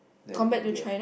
than India